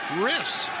wrist